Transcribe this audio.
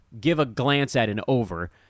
give-a-glance-at-an-over